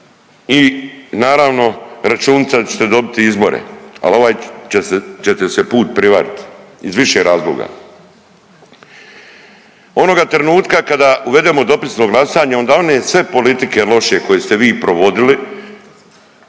i naravno računica da ćete dobiti izbore. Al ovaj ćete se put prevarit iz više razloga. Onoga trenutka kada uvedemo dopisno glasanje onda one sve politike loše koje ste vi provodili,